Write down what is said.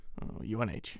UNH